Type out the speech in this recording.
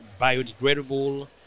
biodegradable